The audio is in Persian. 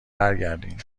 برگردین